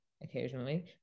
Occasionally